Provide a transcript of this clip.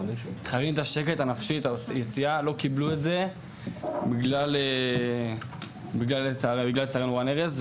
חייבים את השקט הנפשי את היציאה ולא קיבלו את זה בגלל רן ארז,